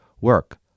work